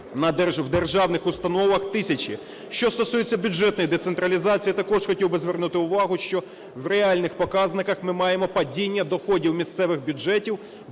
у державних установах тисячі. Що стосується бюджетної децентралізації, також хотів би звернути увагу, що в реальних показниках ми маємо падіння доходів місцевих бюджетів.